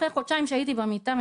אחרי חודשיים שהייתי במיטה,